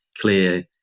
clear